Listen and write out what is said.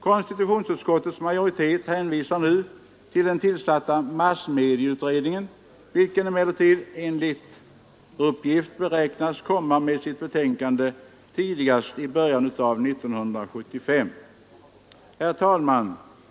Konstitutionsutskottets majoritet hänvisar nu till den tillsatta massmedieutredningen, vilken emellertid enligt uppgift beräknas komma med ett betänkande tidigast i början av år 1975. Herr talman!